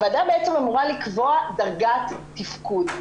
הוועדה בעצם אמורה לקבוע דרגת תפקוד.